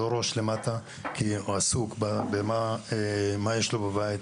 לא ראש למטה כי הוא עסוק במה יש לו בבית,